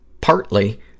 partly